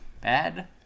bad